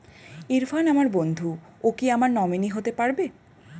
ইরফান আমার বন্ধু ও কি আমার নমিনি হতে পারবে?